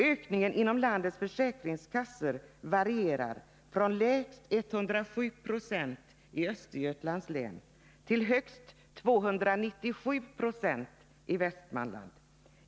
Ökningen inom landets försäkringskassor varierar från lägst 107 90 i Östergötlands län till högst 297 Ze i Västmanland.